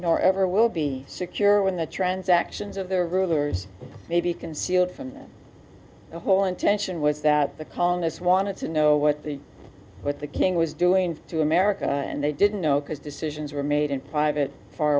nor ever will be secure when the transactions of their rulers may be concealed from the whole intention was that the cong as wanted to know what the with the king was doing to america and they didn't know because decisions were made in private far